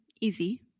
easy